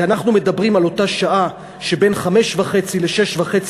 הרי אנחנו מדברים על אותה שעה שבין 17:30 ל-18:30,